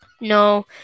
No